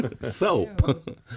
soap